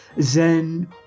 Zen